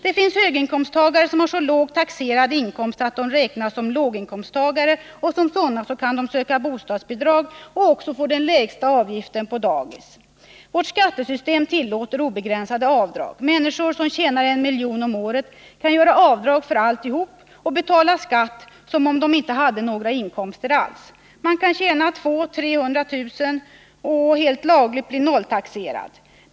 Det finns höginkomsttagare som har så låg taxerad inkomst att de räknas som låginkomsttagare, och som sådana kan de söka bostadsbidrag och också få den lägsta avgiften på dagis. Vårt skattesystem tillåter obegränsade avdrag. Människor som tjänar en miljon om året kan göra avdrag för alltihop och betala skatt som om de inte hade några inkomster alls. Man kan tjäna 200 000-300 000 kr. och helt lagligt bli nolltaxerad.